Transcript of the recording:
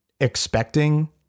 expecting